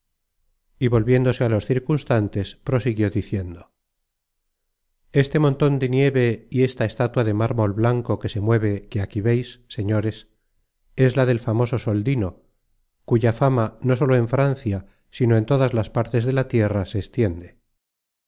y volviéndose á los circunstantes prosiguió diciendo este monton de nieve y está estatua de mármol blanco que se mueve que aquí veis señores és la del famoso soldino cuya fama no sólo en francia sino en todas partes de la tierra se extiende